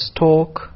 talk